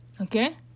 okay